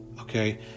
Okay